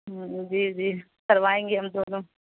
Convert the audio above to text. جی جی کروائیں گے ہم دونوں